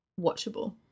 watchable